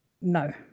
No